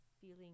feeling